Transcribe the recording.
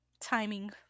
timing